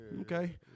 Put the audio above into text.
Okay